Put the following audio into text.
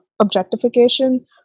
objectification